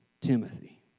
Timothy